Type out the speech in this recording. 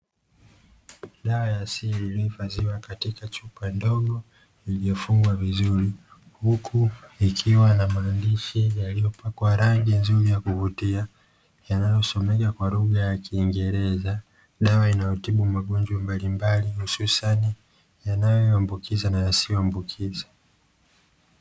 Dawa ya asili iliohifadhiwa katika chupa ndogo iliofungwa vizuri, huku ikiwa na maandishi yaliyopakwa rangi nzuri ya kuvutia, yanayosomeka kwa lugha ya kiingereza. Dawa inayotibu magonjwa mbalimbali, hususani yanayoambukizwa na yasiyoambukizwa.